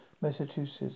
Massachusetts